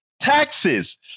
taxes